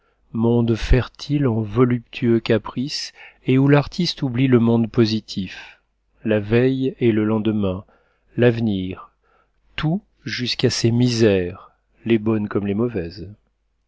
monde fertile en voluptueux caprices et où l'artiste oublie le monde positif la veille et le lendemain l'avenir tout jusqu'à ses misères les bonnes comme les mauvaises